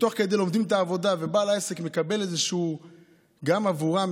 ותוך כדי לומדים את העבודה ובעל העסק מקבל גם בעבורם,